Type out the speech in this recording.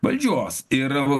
valdžios ir